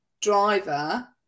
driver